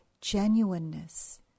genuineness